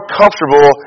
comfortable